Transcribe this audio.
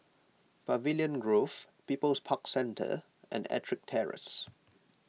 Pavilion Grove People's Park Centre and Ettrick Terrace